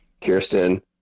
Kirsten